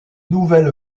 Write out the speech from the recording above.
nouvelle